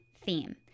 theme